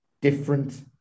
different